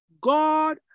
God